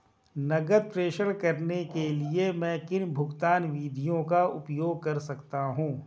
नकद प्रेषण करने के लिए मैं किन भुगतान विधियों का उपयोग कर सकता हूँ?